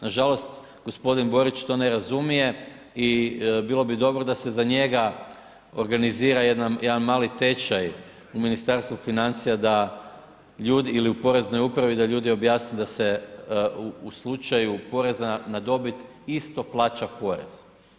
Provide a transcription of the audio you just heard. Nažalost, g. Borić to ne razumije i bilo bi dobro da se za njega organizira jedan mali tečaj u Ministarstvu financija ili u Poreznoj upravi, da ljudi objasne da se u slučaju poreza na dobit, isto plaća porez, ne.